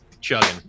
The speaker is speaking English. Chugging